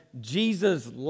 jesus